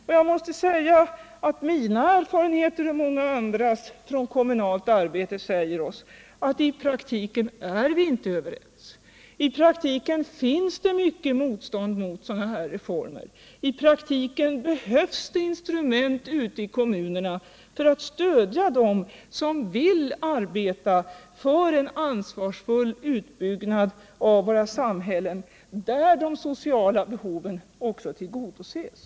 Mina och många andras erfarenheter från kommunalt arbete säger att vi inte är överens. I praktiken finns det mycket motstånd mot sådana reformer. Det behövs instrument i kommunerna för att stödja dem som vill arbeta för en ansvarsfull utbyggnad av våra samhällen, där de sociala behoven också tillgodoses.